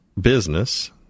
business